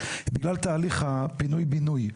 בגלל תהליך הפינוי-בינוי.